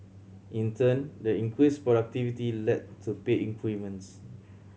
in turn the increased productivity led to pay increments